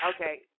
Okay